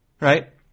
right